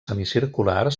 semicircular